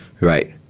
Right